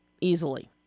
easily